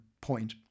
point